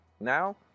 now